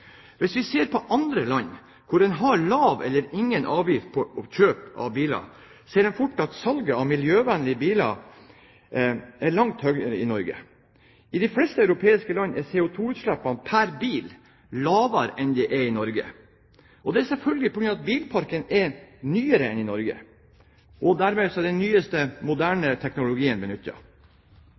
Hvis vi ser på land hvor en har lave eller ingen avgifter på kjøp av biler, ser en fort at salget av miljøvennlige biler er langt høyere enn i Norge. I de fleste europeiske land er CO2-utslippene pr. bil lavere enn de er i Norge. Det er selvfølgelig på grunn av at bilparken er nyere enn i Norge, og dermed er den nyeste moderne teknologien